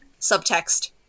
subtext